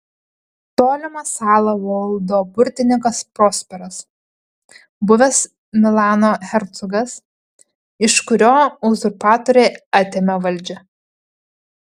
tolimą salą valdo burtininkas prosperas buvęs milano hercogas iš kurio uzurpatoriai atėmė valdžią